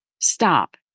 Stop